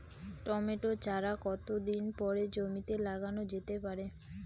Tomato চারা কতো দিন পরে জমিতে লাগানো যেতে পারে?